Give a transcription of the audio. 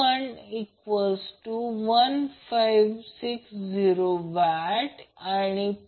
wattmeter B आणि c ला जोडा रीडिंग शोधा